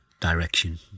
direction